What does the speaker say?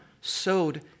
sowed